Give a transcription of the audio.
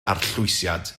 arllwysiad